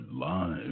live